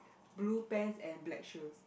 blue pants and black shoes